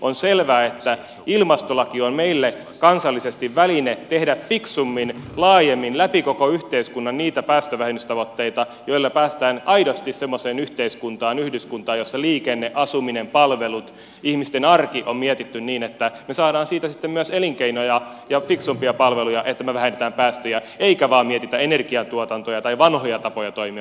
on selvää että ilmastolaki on meille kansallisesti väline tehdä fiksummin laajemmin läpi koko yhteiskunnan niitä päästövähennystavoitteita joilla päästään aidosti semmoiseen yhteiskuntaan yhdyskuntaan jossa liikenne asuminen palvelut ihmisten arki on mietitty niin että me saamme siitä sitten myös elinkeinoja ja fiksumpia palveluita että me vähennämme päästöjä emmekä vain mieti energiatuotantoja tai vanhoja tapoja toimia